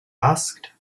asked